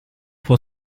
può